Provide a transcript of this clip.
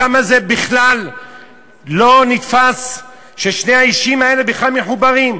כמה זה בכלל לא נתפס ששני האישים האלה בכלל מחוברים?